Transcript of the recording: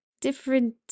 different